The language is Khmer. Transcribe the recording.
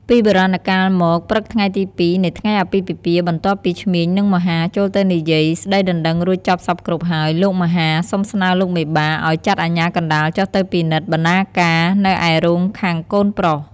ពីបុរាណកាលមក ព្រឹកថ្ងៃទី២ នៃថ្ងៃអាពាហ៍ពិពាហ៍បន្ទាប់ពីឈ្មាយ និងមហា ចូលទៅនិយាយ ស្តីដណ្តឹងរួចចប់សព្វគ្រប់ហើយ លោកមហា សុំស្នើលោកមេបា ឲ្យចាត់អាជ្ញាកណ្តាលចុះទៅពិនិត្យ បណ្ណាការនៅឯរោងខាងកូនប្រុស។